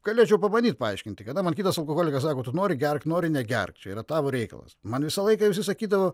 galėčiau pabandyt paaiškinti kada man kitas alkoholikas sako tu nori gerk nori negerk čia yra tavo reikalas man visą laiką visi sakydavo